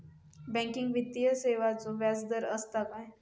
Banking वित्तीय सेवाचो व्याजदर असता काय?